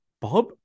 Bob